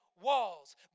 walls